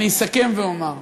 אני אסכם ואומר: